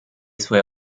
sue